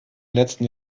letzten